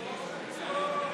תפגוש אותן.